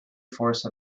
force